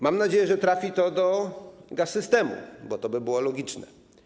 Mam nadzieję, że trafi to do Gaz-Systemu, bo to by było logiczne.